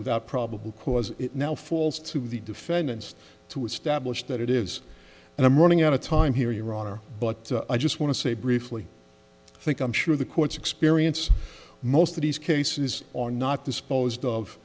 without probable cause it now falls to the defendants to establish that it is and i'm running out of time here your honor but i just want to say briefly think i'm sure the courts experience most of these cases on not disposed of